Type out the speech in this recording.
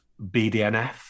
BDNF